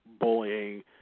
bullying